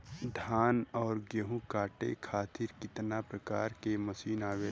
धान और गेहूँ कांटे खातीर कितना प्रकार के मशीन आवेला?